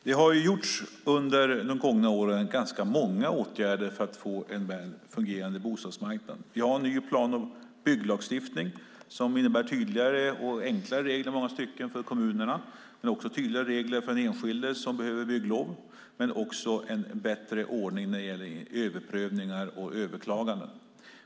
Fru talman! Det har vidtagits under de gångna åren ganska många åtgärder för att få en väl fungerande bostadsmarknad. Vi har en ny plan och bygglagstiftning som innebär tydligare och enklare regler i många stycken för kommunerna, tydligare regler för den enskilde som behöver bygglov och en bättre ordning för överprövningar och överklaganden.